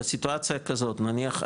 נניח,